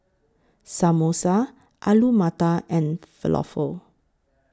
Samosa Alu Matar and Falafel